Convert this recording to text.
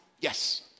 Yes